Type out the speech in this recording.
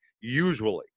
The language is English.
usually